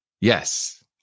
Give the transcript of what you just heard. yes